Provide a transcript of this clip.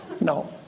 no